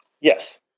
Yes